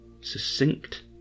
succinct